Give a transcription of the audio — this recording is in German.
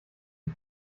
die